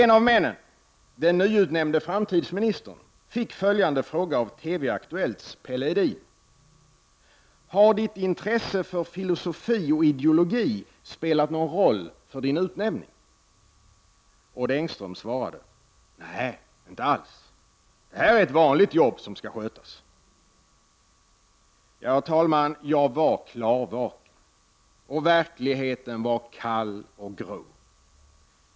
En av männen, den nyutnämnde framtidsministern, fick följande fråga av TV-Aktuellts Pelle Edin: Har ditt intresse för filosofi och ideologi spelat någon roll för din utnämning? Odd Engström svarade: Nej, inte alls, det här är ett vanligt jobb som skall skötas. Herr talman! Jag var klarvaken, och verkligheten var kall och grå.